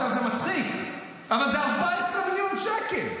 עכשיו זה מצחיק אבל זה 14 מיליון שקל.